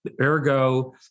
Ergo